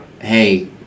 hey